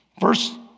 Verse